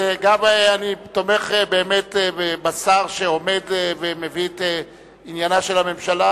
גם אני תומך באמת בשר שעומד ומביא את עניינה של הממשלה